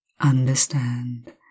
understand